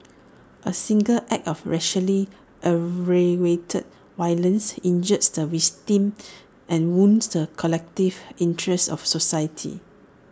A single act of racially aggravated violence injures the victim and wounds the collective interests of society